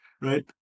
right